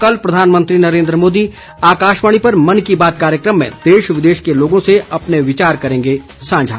कल प्रधानमंत्री नरेन्द्र मोदी आकाशवाणी पर मन की बात कार्यक्रम में देश विदेश के लोगों से अपने विचार करेंगे सांझा